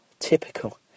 Typical